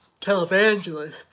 televangelist